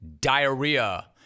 diarrhea